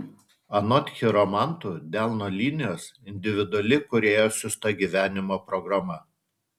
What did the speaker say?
anot chiromantų delno linijos individuali kūrėjo siųsta gyvenimo programa